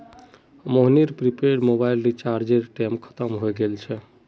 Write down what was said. मोहनेर prepaid mobile रीचार्जेर टेम खत्म हय गेल छे